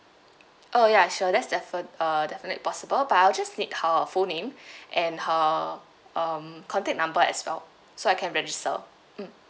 oh ya sure that's defi~ uh definitely possible but I'll just need her full name and her um contact number as well so I can register mm